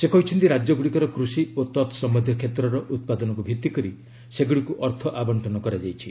ସେ କହିଛନ୍ତି ରାଜ୍ୟଗୁଡ଼ିକର କୃଷି ଓ ତତ୍ ସମ୍ୟନ୍ଧୀୟ କ୍ଷେତ୍ରର ଉତ୍ପାଦନକୁ ଭିଭିକରି ସେଗୁଡ଼ିକୁ ଅର୍ଥ ଆବଶ୍ଚନ କରାଯାଇଛି